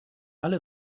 alle